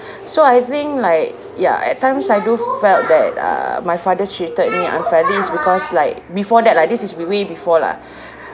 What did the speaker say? so I think like ya at times I do felt that uh my father treated me unfairly is because like before that lah this is wa~ way before lah